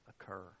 occur